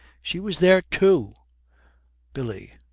she was there, too billy.